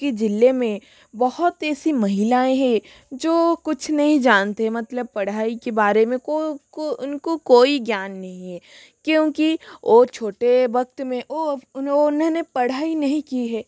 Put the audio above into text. की जिले में बहुत ऐसी महिलाएँ है जो कुछ नहीं जानते हैं मतलब पढ़ाई के बारे में को को उनका कोई ज्ञान नहीं है क्योंकि वो छोटे वक्त में उन्होंने पढ़ाई नहीं की है